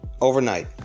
overnight